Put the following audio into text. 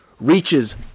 reaches